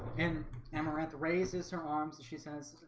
and amaranth raises her arms she says.